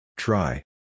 Try